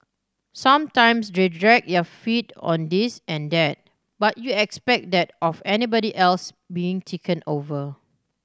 sometimes they dragged their feet on this and that but you expect that of anybody else being taken over